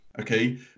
Okay